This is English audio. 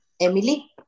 Emily